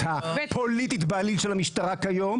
הוא יושב בממשלה.